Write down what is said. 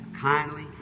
kindly